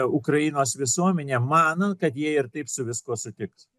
ukrainos visuomenė mano kad jie ir taip su viskuo sutiks